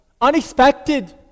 unexpected